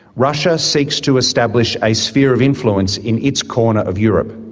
russia seeks to establish a sphere of influence in its corner of europe.